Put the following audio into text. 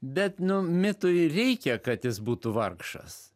bet nu mitui reikia kad jis būtų vargšas